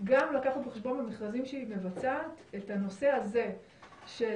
לקחת בחשבון במכרזים שהיא מבצעת את הנושא הזה של